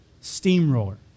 steamroller